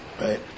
right